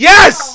Yes